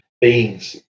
beings